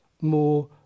more